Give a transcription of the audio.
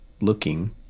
looking